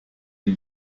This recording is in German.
ihm